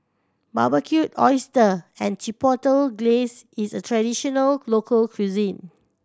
Barbecued Oyster and Chipotle Glaze is a traditional local cuisine